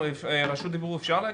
רשות דיבור אפשר להגיש?